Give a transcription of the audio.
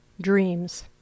dreams